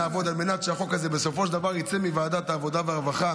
נעבוד על מנת שהחוק הזה בסופו של דבר יצא מוועדת העבודה והרווחה